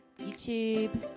YouTube